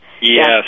Yes